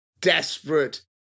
desperate